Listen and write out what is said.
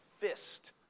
fist